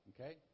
Okay